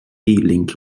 link